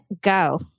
go